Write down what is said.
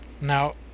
Now